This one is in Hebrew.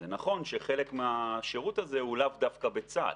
זה נכון שחלק מהשירות הזה הוא לאו דווקא בצה"ל,